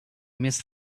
miss